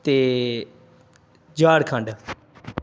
ਅਤੇ ਝਾਰਖੰਡ